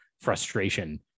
frustration